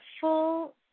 full